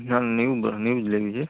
ના new new જ લેવી છે